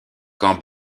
quand